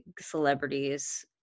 celebrities